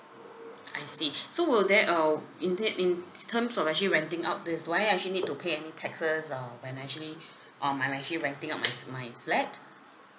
I see so will that uh in that in t~ terms of actually renting out this do I actually need to pay any taxes uh when I'm actually um when I'm actually renting out my my flat